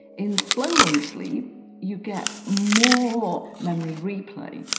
in slow wave sleep you get more memory replay,